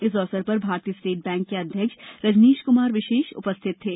इस अवसर पर भारतीय स्टेट बैंक के अध्यक्ष रजनीश कुमार विशेष रूप से उपस्थित थे